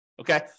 okay